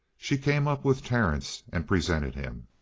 she came up with terence and presented him.